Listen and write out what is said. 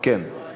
זה